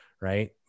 right